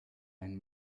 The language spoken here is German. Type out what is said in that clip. ein